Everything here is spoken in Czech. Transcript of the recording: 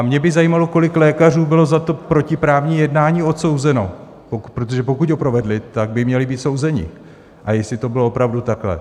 Mě by zajímalo, kolik lékařů bylo za to protiprávní jednání odsouzeno, protože pokud ho provedli, tak by měli být souzeni, a jestli to bylo opravdu takhle.